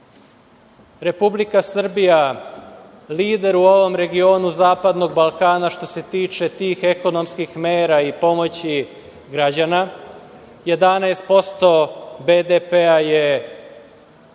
Republika Srbija lider u ovom regionu Zapadnog Balkana, što se tiče tih ekonomskih mera i pomoći građana. Jedanaest